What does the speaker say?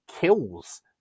kills